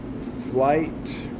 Flight